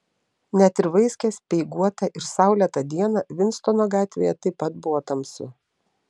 net ir vaiskią speiguotą ir saulėtą dieną vinstono gatvėje taip pat buvo tamsu